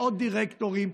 מאות דירקטורים.